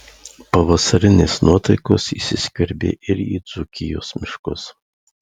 pavasarinės nuotaikos įsiskverbė ir į dzūkijos miškus